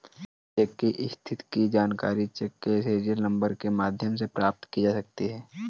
check की स्थिति की जानकारी चेक के सीरियल नंबर के माध्यम से प्राप्त की जा सकती है